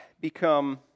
become